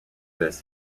this